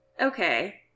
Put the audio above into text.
Okay